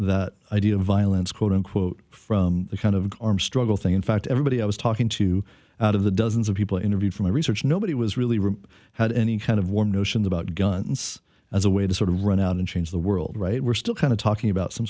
that idea of violence quote unquote from the kind of arms struggle thing in fact everybody i was talking to out of the dozens of people i interviewed for my research nobody was really really had any kind of warm notions about guns as a way to sort of run out and change the world right we're still kind of talking about some